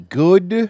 good